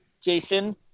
Jason